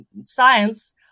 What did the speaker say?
science